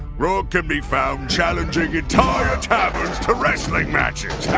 grog can be found challenging entire taverns to wrestling matches!